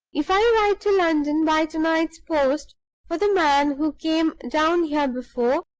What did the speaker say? if i write to london by to-night's post for the man who came down here before,